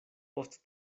post